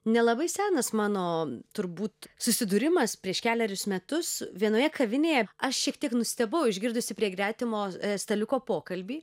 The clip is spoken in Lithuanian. nelabai senas mano turbūt susidūrimas prieš kelerius metus vienoje kavinėje aš šiek tiek nustebau išgirdusi prie gretimo staliuko pokalbį